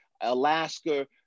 Alaska